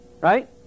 right